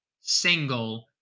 single